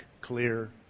clear